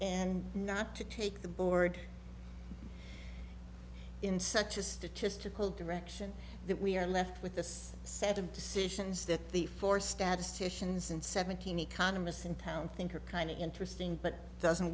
and not to take the board in such a statistical direction that we are left with this set of decisions that the four statisticians and seventeen economists in town think are kind of interesting but doesn't